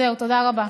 תודה רבה.